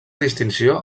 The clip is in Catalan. distinció